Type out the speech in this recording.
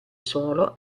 suolo